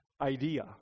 idea